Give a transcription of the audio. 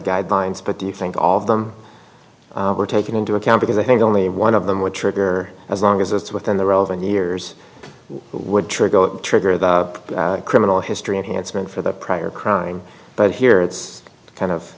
guidelines but do you think all of them were taken into account because i think only one of them would trigger as long as it's within the relevant years would trigger trigger the criminal history and he has been for the prior crime but here it's kind of